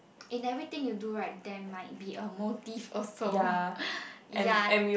in everything you do right there might be a motive also